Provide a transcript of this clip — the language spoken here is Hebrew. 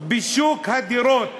בשוק הדירות